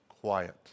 quiet